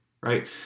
Right